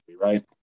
right